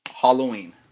Halloween